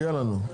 יהיה לנו.